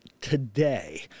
today